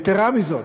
יתרה מזאת,